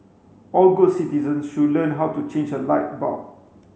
all good citizens should learn how to change a light bulb